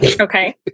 Okay